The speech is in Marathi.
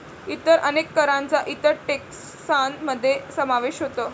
इतर अनेक करांचा इतर टेक्सान मध्ये समावेश होतो